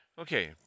Okay